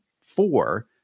four